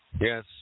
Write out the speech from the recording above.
Yes